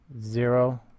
zero